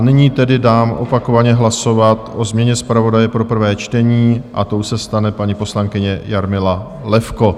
Nyní dám opakovaně hlasovat o změně zpravodaje pro prvé čtení a tou se stane paní poslankyně Jarmila Levko.